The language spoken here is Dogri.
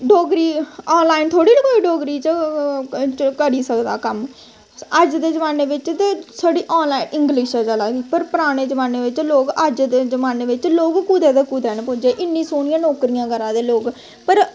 डोगरी ऑनलाइन थोह्ड़ी डोगरी च करी सकदा कम्म अज्ज दे जमाने बिच्च ते छड़ी ऑनलाइन इंग्लिश ऐ चला दी पर पराने जमाने बिच्च अज्ज दे जमाने बिच्च लोग कुतै ते कुते न पुज्जे दे इन्नी सोह्नियां नौकरियां न करा दे लोग